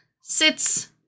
sits